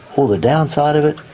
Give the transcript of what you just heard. all the downside of it,